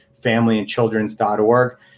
familyandchildrens.org